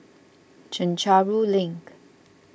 Chencharu Link